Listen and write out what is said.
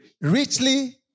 Richly